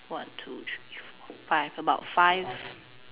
one two three four five about five